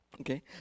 Okay